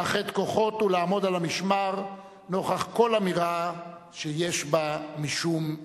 לאחד כוחות ולעמוד על המשמר נוכח כל אמירה שיש בה משום איום.